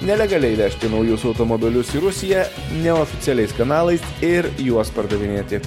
nelegaliai įvežti naujus automobilius į rusiją neoficialiais kanalais ir juos pardavinėti